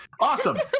Awesome